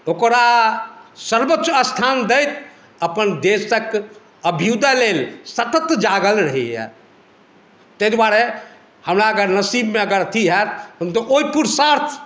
ओकरा सर्वोच्च स्थान दैत अपन देशक अभ्युदय लेल सतत जागल रहैया तेहि दुआरे हमरा अगर नसीबमे अथि हैत हम तऽ ओहि पुरुषार्थ